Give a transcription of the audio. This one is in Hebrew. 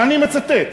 ואני מצטט: